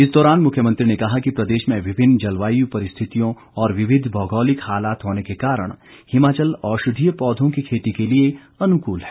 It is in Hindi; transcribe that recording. इस दौरान मुख्यमंत्री ने कहा कि प्रदेश में विभिन्न जलवायु परिस्थितियों और विविध भौगोलिक हालात होने के कारण हिमाचल औषधीय पौधों की खेती के लिए अनुकूल है